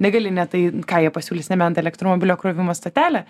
negali ne tai ką jie pasiūlys nebent elektromobilio krovimo stotelę